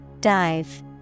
Dive